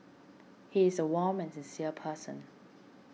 he is a warm and sincere person